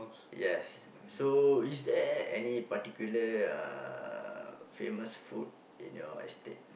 yes so is there any particular uh famous food in your estate